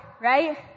right